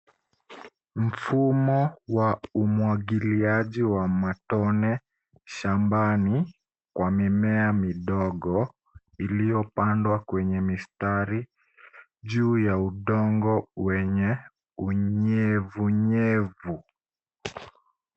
Mfumo wa umwagiliaji wa matone shambani wa mimea midogo, iliyopandwa kwenye mistari juu ya udongo wenye unyevu unyevu.